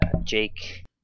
Jake